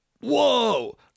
whoa